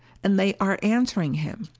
and they are answering him!